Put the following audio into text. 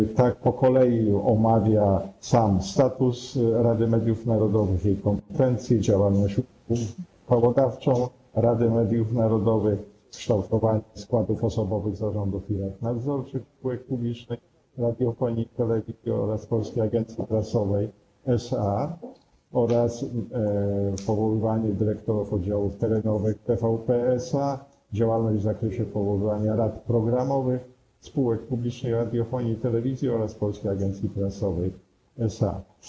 I tak po kolei omawia sam status Rady Mediów Narodowych, jej kompetencje, działalność uchwałodawczą Rady Mediów Narodowych, kształtowanie składów osobowych zarządów i rad nadzorczych spółek publicznej radiofonii i telewizji oraz Polskiej Agencji Prasowej SA, powoływanie dyrektorów oddziałów terenowych TVP SA, działalność w zakresie powoływania rad programowych spółek publicznej radiofonii i telewizji oraz Polskiej Agencji Prasowej SA.